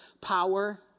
power